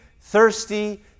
thirsty